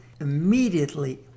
immediately